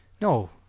no